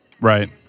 Right